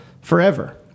forever